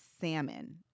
salmon